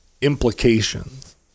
implications